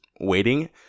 waiting